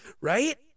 Right